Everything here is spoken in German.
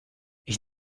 ich